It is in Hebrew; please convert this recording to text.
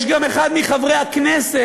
יש גם אחד מחברי הכנסת,